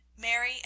MARY